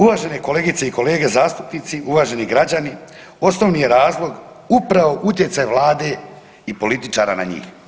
Uvažene kolegice i kolege zastupnici, uvaženi građani osnovni je razlog upravo utjecaj Vlade i političara na njih.